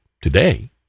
today